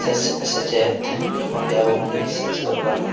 ᱥᱮ ᱥᱮᱪᱮᱫ ᱡᱚᱠᱷᱚᱱ ᱜᱮ ᱟᱵᱚ ᱵᱚᱱ ᱥᱮᱪᱮᱫᱚᱜ ᱠᱟᱱᱟ